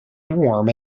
warm